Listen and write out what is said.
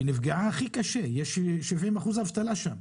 שנפגעה הכי קשה, יש שם 70% אבטלה.